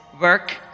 work